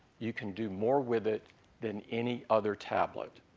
you can do more with it than any other tablet.